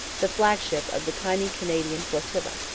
the flagship of the tiny canadian flotilla.